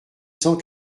cent